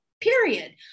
period